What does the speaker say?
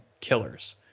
killers